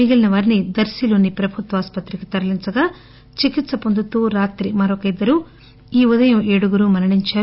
మిగిలిన వారిని దర్పిలోని ప్రభుత్వ ఆస్పత్రికి తరలించగా చికిత్ప పొందుతూ రాత్రి మరొక ఇద్గరు ఈ ఉదయం ఏడుగురు మరణించారు